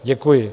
Děkuji.